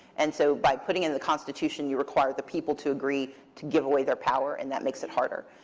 and so by putting in the constitution, you require the people to agree to give away their power and that makes it harder.